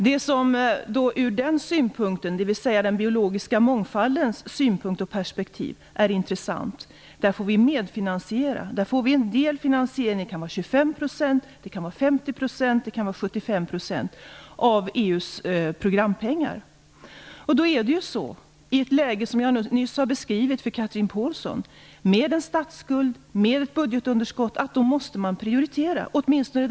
Det är intressant ur den biologiska mångfaldens perspektiv. Där får vi medfinansiera. Vi får delfinansiering, med 25 %, 50 % eller 75 % av EU:s programpengar. I detta läge, som jag nyss beskrev för Chatrine Pålsson, med en statsskuld och ett budgetunderskott är det så att man måste prioritera.